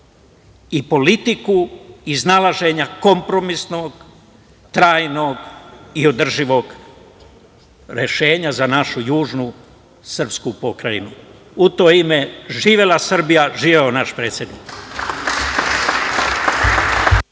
i politiku iznalaženja kompromisnog, trajnog i održivog rešenja za našu južnu srpsku pokrajinu.U to ime, živela Srbija, živeo naš predsednik.